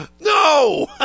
No